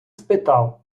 спитав